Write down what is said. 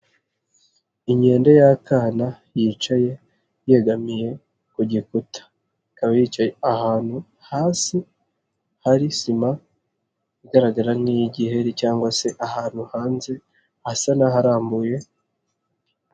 Inkedo y'akana yicaye yegamiye ku gikuta, ikaba yicaye ahantu hasi hari sima igaragara nk'iy'igiheri cyangwa se ahantu hanze hasa n'aharambuye.